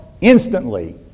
instantly